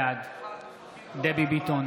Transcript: בעד דבי ביטון,